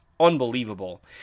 unbelievable